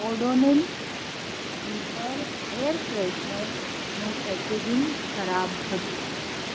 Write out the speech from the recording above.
Odonil zipper air ફ્રેશનરનું packaging ખરાબ હતું